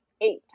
eight